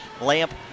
Lamp